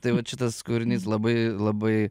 tai vat šitas kūrinys labai labai